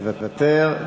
מוותר.